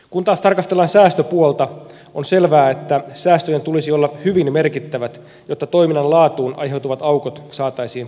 kun taas tarkastellaan säästöpuolta on selvää että säästöjen tulisi olla hyvin merkittävät jotta toiminnan laatuun aiheutuvat aukot saataisiin paikattua